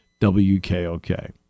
WKOK